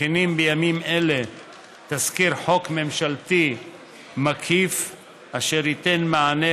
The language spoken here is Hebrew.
מכינים בימים אלה תזכיר חוק ממשלתי מקיף אשר ייתן מענה